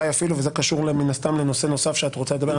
זה קשור מן הסתם לנושא נוסף שאת רוצה לדבר עליו.